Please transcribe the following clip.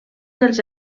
dels